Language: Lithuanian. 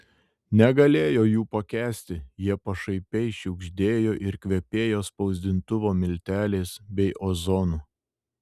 negalėjo jų pakęsti jie pašaipiai šiugždėjo ir kvepėjo spausdintuvo milteliais bei ozonu